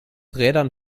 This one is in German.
rädern